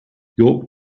york